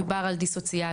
מדובר על דיסוציאציה,